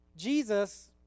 Jesus